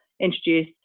introduce